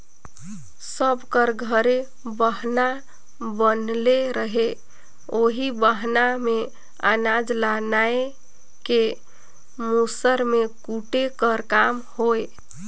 सब कर घरे बहना बनले रहें ओही बहना मे अनाज ल नाए के मूसर मे कूटे कर काम होए